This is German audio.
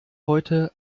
heute